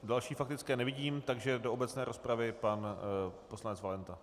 Další faktické nevidím, takže do obecné rozpravy pan poslanec Valenta.